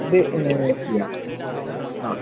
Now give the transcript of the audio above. എന്നിട്ട് എങ്ങനെയാണെന്ന് ഫിക്സ് ചെയ്യാം ആ